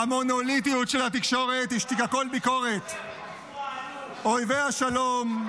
המונוליטיות של התקשורת השתיקה כל ביקורת ------- אויבי השלום,